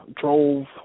drove